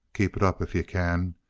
keep it up if you can.